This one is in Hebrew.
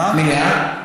מה מציע היושב-ראש?